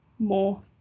more